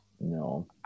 No